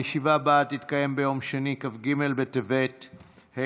הישיבה הבאה תתקיים ביום שני, כ"ג בטבת התשפ"ב,